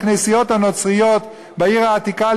בכנסיות הנוצריות בעיר העתיקה,